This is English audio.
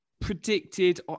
Predicted